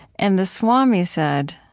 and the swami said,